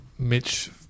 Mitch